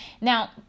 now